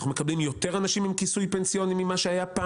אנחנו מקבלים יותר אנשים עם כיסוי פנסיוני לעומת העבר.